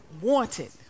Wanted